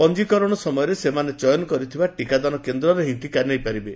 ପଞୀକରଣ ସମୟରେ ସେମାନେ ଚୟନ କରିଥିବା ଟିକାଦାନ କେନ୍ଦ୍ରରେ ହିଁ ଟିକା ନେଇପାରିବେ